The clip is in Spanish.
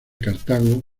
cartago